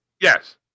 Yes